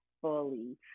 fully